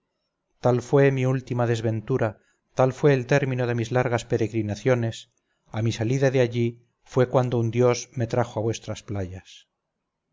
tal fue mi última desventura tal fue el término de mis largas peregrinaciones a mi salida de allí fue cuando un dios me trajo a vuestras playas